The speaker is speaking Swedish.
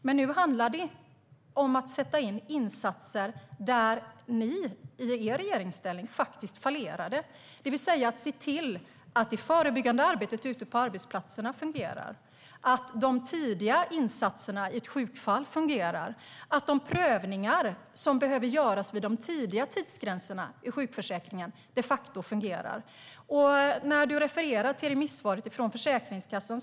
Men nu handlar det om att sätta in insatser där ni i regeringsställning faktiskt fallerade, det vill säga att se till att det förebyggande arbetet ute på arbetsplatserna fungerar, att de tidiga insatserna i ett sjukfall fungerar och att de prövningar som behöver göras vid de tidiga tidsgränserna i sjukförsäkringen de facto fungerar. Du refererar till remissvaret från Försäkringskassan.